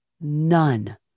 none